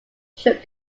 shook